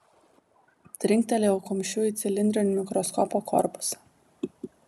trinktelėjau kumščiu į cilindrinį mikroskopo korpusą